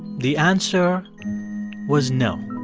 the answer was no